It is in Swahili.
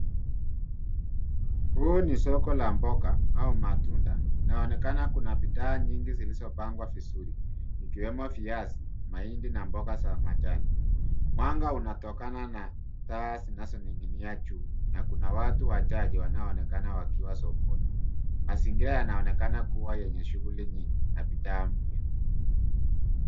Huu ni soko la mboga au matunda. Inaonekana kuna bidhaa nyingi zilizopangwa vizuri zikiwemo viazi, mahindi na mboga za majani. Mwanga unatokana na taa zinazoning'inia juu na kuna watu wachache wanaonekana wakiwa sokoni. Mazingira yanaonekana kuwa yenye shughuli nyingi na bidhaa mpya.